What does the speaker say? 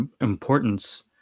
importance